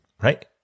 right